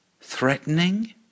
threatening